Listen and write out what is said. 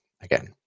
again